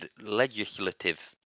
legislative